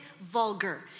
vulgar